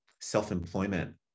self-employment